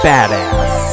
Badass